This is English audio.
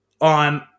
on